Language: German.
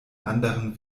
anderen